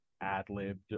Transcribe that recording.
ad-libbed